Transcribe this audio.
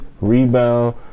rebound